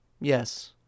yes